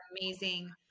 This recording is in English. amazing